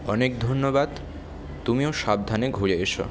অনেক ধন্যবাদ তুমিও সাবধানে ঘুরে এসো